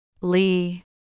Lee